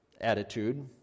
attitude